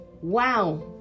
wow